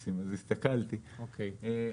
ברוריה,